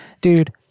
Dude